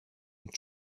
and